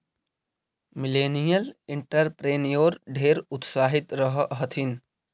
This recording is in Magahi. मिलेनियल एंटेरप्रेन्योर ढेर उत्साहित रह हथिन